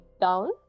down